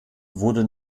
wurde